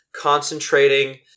concentrating